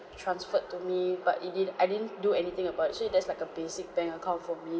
transferred to me but it didn't I didn't do anything about it so that's like a basic bank account for me